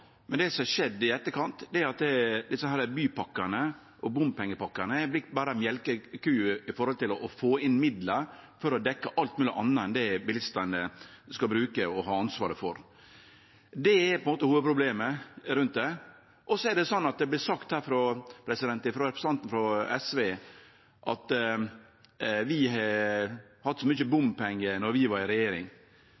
Men det som har skjedd i etterkant, er at desse bypakkane og bompengepakkane berre har vorte ei mjølkeku for å få inn midlar for å dekkje alt anna enn det bilistane skal bruke og ha ansvaret for. Dette er hovudproblemet rundt det, og så vert det sagt av representanten frå SV her at vi hadde så mykje bompengar då vi